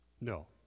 No